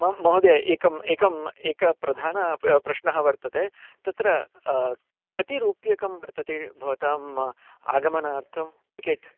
मां महोदय एकः एकः एकः प्रधानः प्रश्नः वर्तते तत्र कति रूप्यकं वर्तते भवतां आगमनार्थं टिकेट्